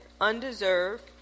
undeserved